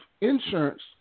insurance